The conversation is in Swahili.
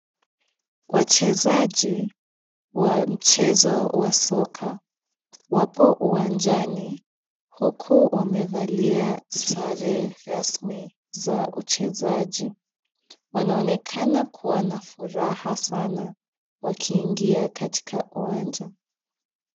Wachezaji wa mchezo wa soka wapo uwanjani huku wamevalia sare rasmi za uchezaji. Wanaonekana kuwa na furaha sana wakiingia katika uwanja.